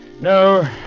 No